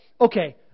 okay